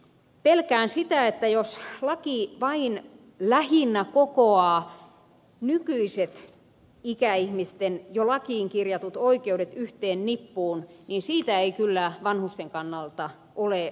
pelkään sitä että jos laki vain lähinnä kokoaa nykyiset ikäihmisten jo lakiin kirjatut oikeudet yhteen nippuun niin siitä ei kyllä vanhusten kannalta ole hyötyä